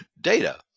data